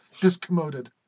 discommoded